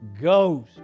ghost